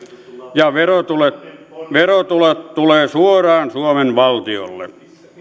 ja verotulot verotulot tulevat suoraan suomen valtiolle